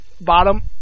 bottom